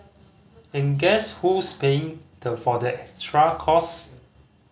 and guess who's paying for the extra costs